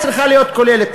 היא צריכה להיות כוללת,